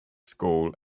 school